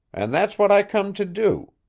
and that's what i come to do,